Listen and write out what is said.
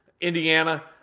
Indiana